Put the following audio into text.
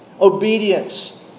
obedience